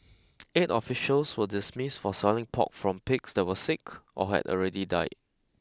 eight officials were dismissed for selling pork from pigs that were sick or had already died